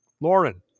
lauren